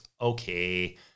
Okay